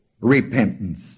Repentance